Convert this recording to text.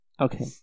Okay